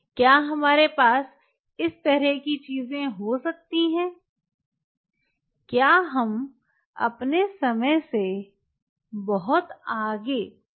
क्या हमारे पास इस तरह की चीजें हो सकती हैं क्या हम अपने समय से बहुत आगे सोच सकते हैं